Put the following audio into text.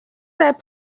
that